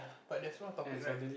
but there's more topic right